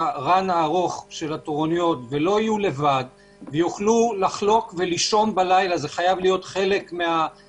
לא יהיו לבד ויוכלו לישון בלילה אז צריך שיהיו